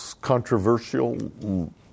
controversial